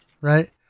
Right